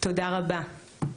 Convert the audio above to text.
תודה רבה.